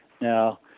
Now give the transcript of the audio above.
Now